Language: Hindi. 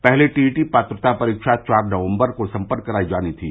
पहले टीईटी पात्रता परीक्षा चार नकम्बर को सम्पन्न कराई जानी थी